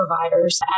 providers